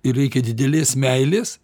ir reikia didelės meilės